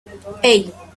hey